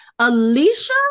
alicia